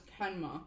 Kenma